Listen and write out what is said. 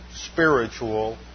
spiritual